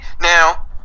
Now